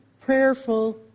prayerful